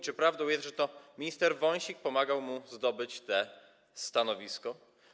Czy prawdą jest, że to minister Wąsik pomagał mu zdobyć to stanowisko?